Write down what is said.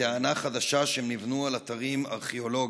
בטענה חדשה שהם נבנו על אתרים ארכיאולוגיים.